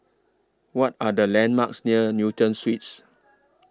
What Are The landmarks near Newton Suites